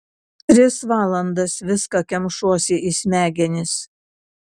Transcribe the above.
tris valandas viską kemšuosi į smegenis